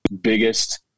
biggest